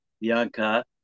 Bianca